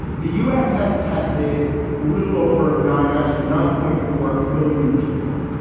the u s. has tested a little over nine, actually nine point four million people.